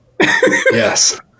Yes